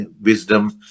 wisdom